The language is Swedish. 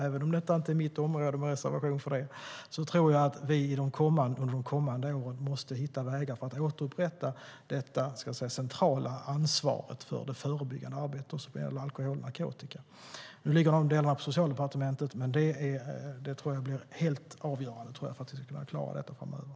Även om detta inte är mitt område tror jag att vi under de kommande åren måste hitta vägar för att återupprätta det centrala ansvaret för det förebyggande arbetet när det gäller alkohol och narkotika. Nu ligger dessa delar under Socialdepartementet. Jag tror att det är helt avgörande för att vi ska kunna klara detta framöver.